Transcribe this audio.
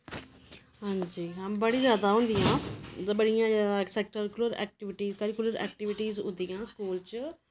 हां जी हां बड़ी ज्यादा होंदियां उद्धर बड़ियां ज्यादा ऐक्स्ट्रा ऐक्टिविटियां करीकुलर ऐक्टीविटीस होंदियां स्कूल च